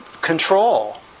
control